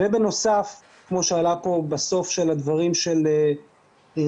בנוסף, כמו שעלה בסוף של הדברים של מריה,